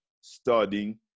studying